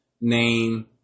Name